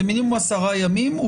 זה מינימום עשרה ימים,